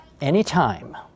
anytime